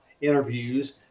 interviews